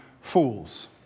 fools